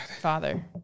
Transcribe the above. father